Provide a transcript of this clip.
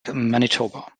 manitoba